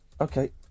Okay